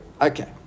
Okay